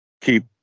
keep